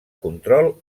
control